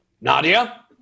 Nadia